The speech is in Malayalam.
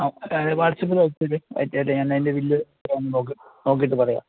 ആ അല്ല അത് വാട്സാപ്പിൽ അയച്ചേര് അയച്ചേരെ ഞാൻ അതിൻ്റെ ബില്ല് ഞാൻ നോക്കിയിട്ട് പറയാം